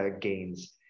gains